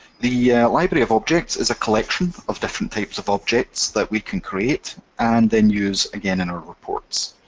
the library of objects is a collection of different types of objects that we can create, and then use again in our reports.